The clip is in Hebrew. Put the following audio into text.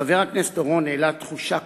חבר הכנסת אורון העלה תחושה קשה,